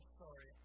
sorry